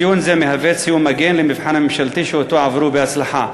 ציון זה הוא ציון מגן למבחן הממשלתי שאותו עברו בהצלחה.